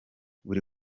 buri